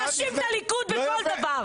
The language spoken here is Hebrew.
להאשים את הליכוד בכל דבר.